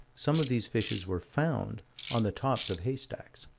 some of these fishes were found on the tops of haystacks.